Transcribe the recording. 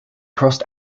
crossed